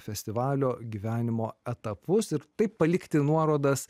festivalio gyvenimo etapus ir taip palikti nuorodas